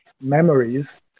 memories